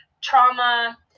trauma